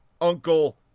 Uncle